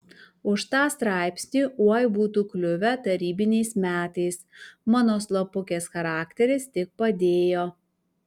už tą straipsnį oi būtų kliuvę tarybiniais metais mano slapukės charakteris tik padėjo